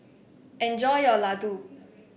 enjoy your Ladoo